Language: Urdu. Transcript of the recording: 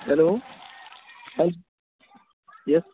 hello yes